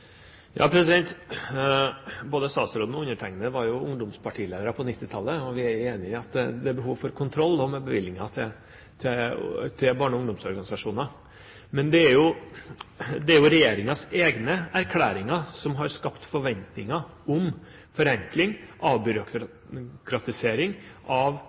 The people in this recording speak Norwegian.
Både statsråden og undertegnede var ungdomspartileder på 1990-tallet, og vi er enig i at det er behov for kontroll også med bevilgninger til barne- og ungdomsorganisasjoner. Men det er regjeringens egne erklæringer som har skapt forventninger om forenkling – avbyråkratisering – av